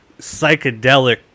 psychedelic